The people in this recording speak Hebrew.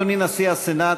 אדוני נשיא הסנאט,